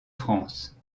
france